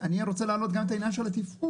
אני רוצה להעלות גם את העניין של התפעול,